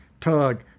Tug